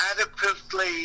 adequately